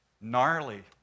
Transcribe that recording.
gnarly